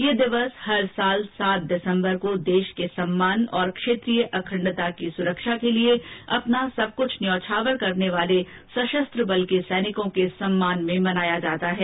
यह दिवस प्रत्येक वर्ष सात दिसम्बर को देश के सम्मान और क्षेत्रीय अखंडता की सुरक्षा के लिए अपना सब कुछ न्यौछावर करने वाले सशस्त्र बल के सैनिकों के सम्मान में मनाया जाता है